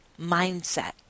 mindset